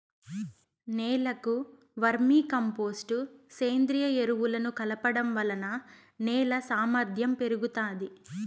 నేలకు vermicompost, సేంద్రీయ ఎరువులను కలపడం వలన నేల సామర్ధ్యం పెరుగుతాది